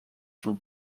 from